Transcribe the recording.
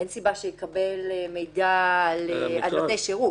אין סיבה שהוא יקבל מידע על נותני שירות.